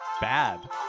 bad